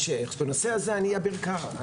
בנושא הזה אני אביר קארה,